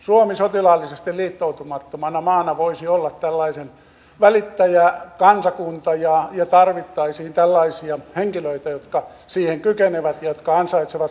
suomi sotilaallisesti liittoutumattomana maana voisi olla tällainen välittäjäkansakunta ja tarvittaisiin tällaisia henkilöitä jotka siihen kykenevät ja jotka ansaitsevat luottamuksen